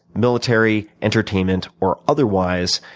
military, entertainment or otherwise.